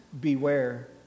Beware